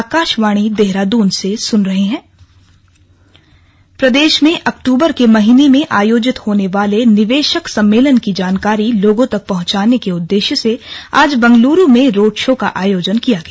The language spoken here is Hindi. रोड शो प्रदेश में अक्टूबर के महीने में आयोजित होने वाले निवेशक सम्मेलन की जानकारी लोगों तक पहुंचाने के उददेश्य से आज बेंगलुरू में रोड शो का आयोजन किया गया